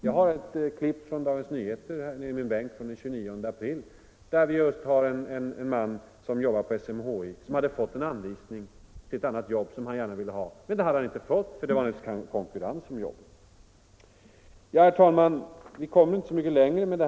Jag har i min bänk ett klipp från Dagens Nyheter av den 29 april, där det just berättas om en man som jobbar på SMHI. Han hade fått en anvisning till ett annat arbete, som han gärna ville ha, men det hade han inte fått, för det var naturligtvis konkurrens om jobbet. Nr 77 Herr talman! Vi kommer inte så mycket längre med detta.